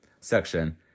section